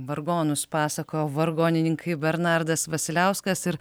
vargonus pasakojo vargonininkai bernardas vasiliauskas ir